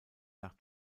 nach